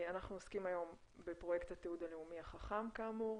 אנחנו עוסקים היום בפרויקט התיעוד ה לאומי החכם כאמור,